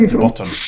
bottom